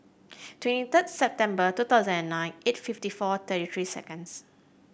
twenty third September two thousand and nine eight fifty four thirty three seconds